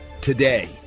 today